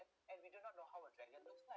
and we do not know how a dragon looks like